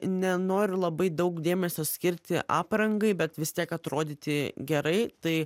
nenoriu labai daug dėmesio skirti aprangai bet vis tiek atrodyti gerai tai